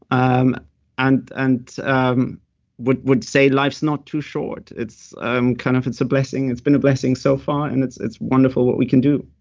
um and and um would would say, life's not too short. it's kind of it's a blessing. it's been a blessing so far and it's it's wonderful what we can do